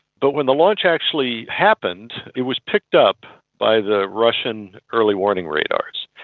but when the launch actually happened it was picked up by the russian early warning radars.